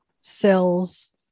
cells